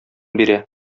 бирә